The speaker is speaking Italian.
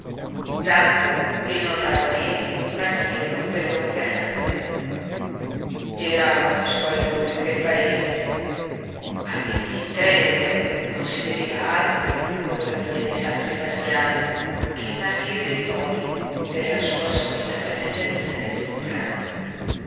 e il notaro neri partirono per donferrante era uno squallore pel paese a ventitré ore non si vedeva altri lungo la via di san sebastiano che il marchese limòli per la sua solita passeggiatina del